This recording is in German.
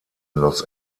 los